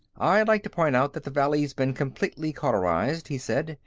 i'd like to point out that the valley's been completely cauterized, he said.